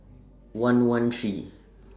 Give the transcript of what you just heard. one one three